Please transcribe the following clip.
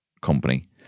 company